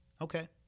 Okay